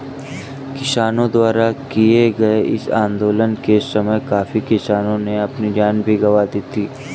किसानों द्वारा किए गए इस आंदोलन के समय काफी किसानों ने अपनी जान भी गंवा दी थी